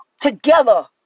together